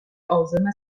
عازم